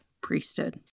priesthood